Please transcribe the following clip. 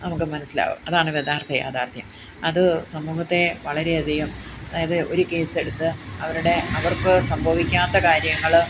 നമുക്ക് മനസ്സിലാവും അതാണ് യഥാർത്ഥ യാഥാർത്ഥ്യം അത് സമൂഹത്തെ വളരെയധികം അതായത് ഒരു കേസ് എടുത്ത് അവരുടെ അവർക്ക് സംഭവിക്കാത്ത കാര്യങ്ങൾ